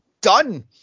done